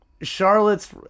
Charlotte's